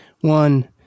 one